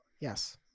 Yes